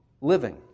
living